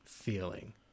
feeling